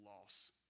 loss